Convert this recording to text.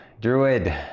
druid